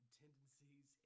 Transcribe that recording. tendencies